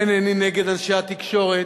אינני נגד אנשי התקשורת,